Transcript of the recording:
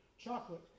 chocolate